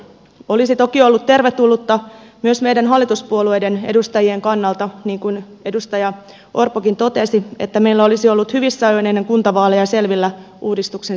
olisi toki ollut tervetullutta myös meidän hallituspuolueiden edustajien kannalta niin kuin edustaja orpokin totesi että meillä olisi ollut hyvissä ajoin ennen kuntavaaleja selvillä uudistuksen sisältö